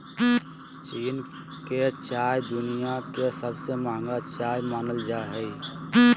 चीन के चाय दुनिया के सबसे महंगा चाय मानल जा हय